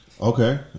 okay